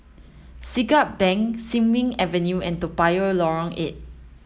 Siglap Bank Sin Ming Avenue and Toa Payoh Lorong eight